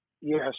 Yes